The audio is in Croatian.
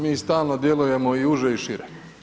Mi stalno djelujemo i uže i šire.